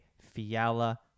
Fiala